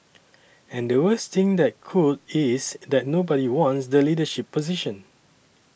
and the worst thing that could is that nobody wants the leadership position